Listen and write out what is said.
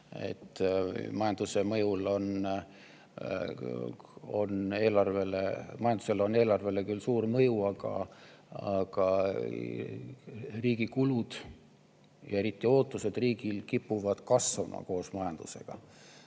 Majanduse mõju eelarvele on küll suur, aga riigi kulud, ja eriti ootused riigile, kipuvad kasvama koos majandusega.